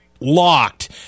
locked